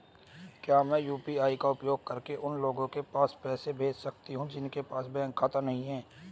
क्या मैं यू.पी.आई का उपयोग करके उन लोगों के पास पैसे भेज सकती हूँ जिनके पास बैंक खाता नहीं है?